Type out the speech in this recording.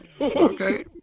okay